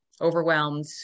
overwhelmed